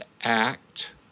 act